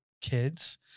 kids